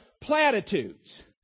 platitudes